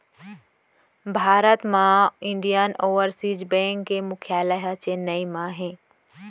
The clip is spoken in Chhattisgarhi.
भारत म इंडियन ओवरसीज़ बेंक के मुख्यालय ह चेन्नई म हे